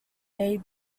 may